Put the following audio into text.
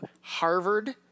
Harvard